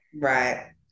right